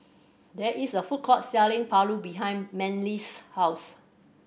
there is a food court selling paru behind Manly's house